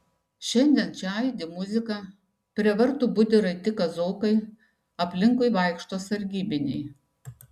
šiandien čia aidi muzika prie vartų budi raiti kazokai aplinkui vaikšto sargybiniai